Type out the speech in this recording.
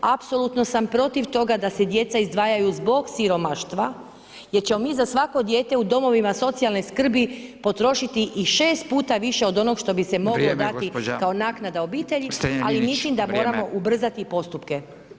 Apsolutno sam protiv toga da se djeca izdvajaju zbog siromaštva, jer ćemo mi za svako dijete u domovima socijalne skrbi, potrošiti i 6 puta više od onoga što bi se moglo dati kao naknada obitelji, ali mislim da moramo ubrzati postupke.